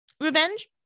Revenge